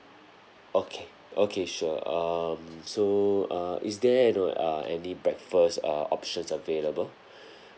okay okay sure um so uh is there you know uh any breakfast uh options available